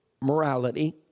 morality